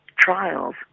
trials